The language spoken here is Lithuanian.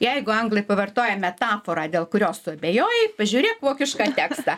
jeigu anglai pavartoja metaforą dėl kurios tu abejoji pažiūrėk vokišką tekstą